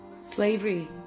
Slavery